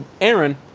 Aaron